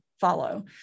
follow